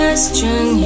Question